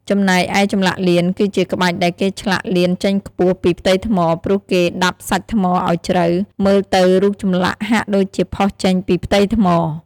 ចំណែកឯចម្លាក់លៀនគឺជាក្បាច់ដែលគេឆ្លាក់លៀនចេញខ្ពស់ពីផ្ទៃថ្ម ព្រោះគេដាប់សាច់ថ្មឱ្យជ្រៅ មើលទៅរូបចម្លាក់ហាក់ដូចជាផុសចេញពីផ្ទៃថ្ម។